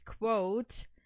quote